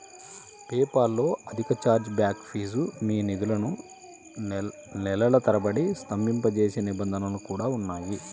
PayPal లో అధిక chargeback fee, మీ నిధులను నెలల తరబడి స్తంభింపజేసే నిబంధనలు కూడా ఉన్నాయి